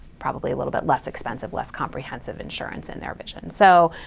probably a little bit less expensive, less comprehensive insurance, in their vision. so